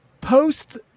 post